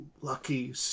lucky